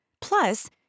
Plus